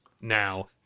now